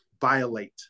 violate